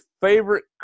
favorite